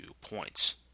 points